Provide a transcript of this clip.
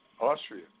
Austria